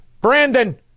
Brandon